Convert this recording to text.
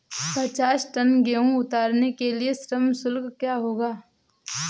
पचास टन गेहूँ उतारने के लिए श्रम शुल्क क्या होगा?